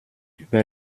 über